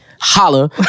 holla